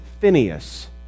Phineas